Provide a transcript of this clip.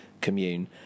commune